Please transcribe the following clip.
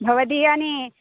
भवदीयानि